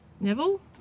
Neville